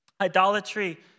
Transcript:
Idolatry